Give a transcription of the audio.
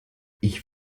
ich